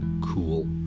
cool